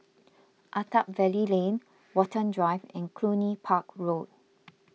Attap Valley Lane Watten Drive and Cluny Park Road